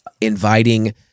inviting